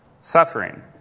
Suffering